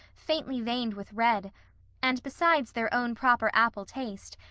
faintly veined with red and, besides their own proper apple taste,